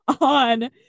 on